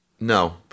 No